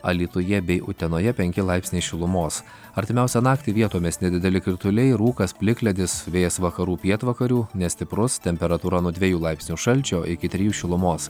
alytuje bei utenoje penki laipsniai šilumos artimiausią naktį vietomis nedideli krituliai rūkas plikledis vėjas vakarų pietvakarių nestiprus temperatūra nuo dviejų laipsnio šalčio iki trijų šilumos